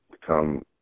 become